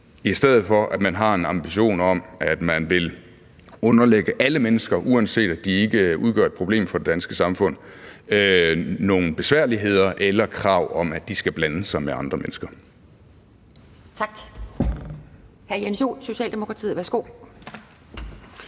i stedet for at man har en ambition om, at man vil underlægge alle mennesker, uanset at de ikke udgør et problem for det danske samfund, nogle besværligheder eller krav om, at de skal blande sig med andre mennesker. Kl.